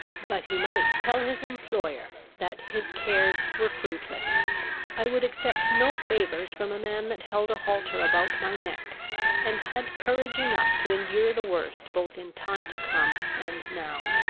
but he might tell his employer, that his cares were fruitless i would accept no favours from a man that held a halter about my neck and had courage enough to endure the worst both in time to come and now